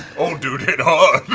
old dude hit hard.